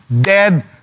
dead